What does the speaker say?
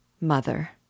Mother